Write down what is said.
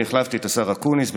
אני החלפתי את השר אקוניס,